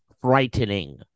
frightening